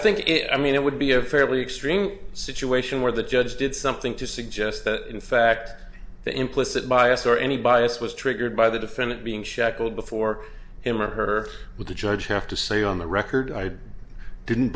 think i mean it would be a fairly extreme situation where the judge did something to suggest that in fact the implicit bias or any bias was triggered by the defendant being shackled before him or her with the judge have to say on the record i didn't